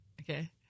Okay